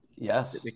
Yes